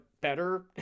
better